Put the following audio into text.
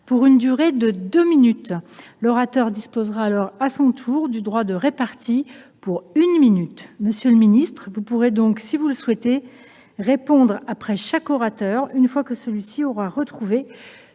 pour une durée de deux minutes ; l’orateur disposera alors à son tour du droit de répartie, pour une minute. Monsieur le ministre délégué, vous pourrez donc, si vous le souhaitez, répondre après chaque orateur, une fois que celui ci aura retrouvé